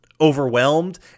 overwhelmed